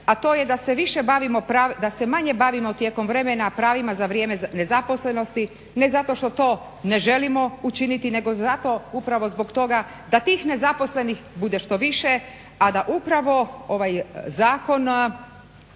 a to je da se manje bavimo tijekom vremena pravima za vrijeme nezaposlenosti, ne zato što to ne želimo učiniti nego zato upravo zbog toga da tih nezaposlenih bude što više, a da upravo ovaj zakon